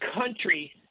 country –